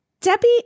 Debbie